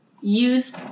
use